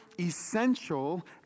essential